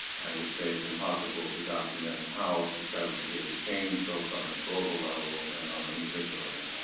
i would say it's impossible to document how prescriber behavior changed, both on a global level and on an individual level.